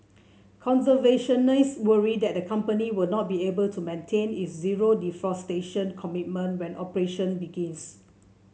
conservationists worry that the company will not be able to maintain is zero deforestation commitment when operation begins